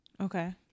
Okay